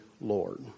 Lord